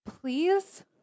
Please